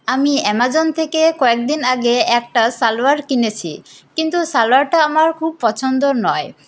আমি অ্যামাজন থেকে কয়েকদিন আগে একটা সালোয়ার কিনেছি কিন্তু সালোয়ারটা আমার খুব পছন্দ নয়